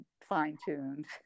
fine-tuned